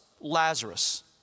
Lazarus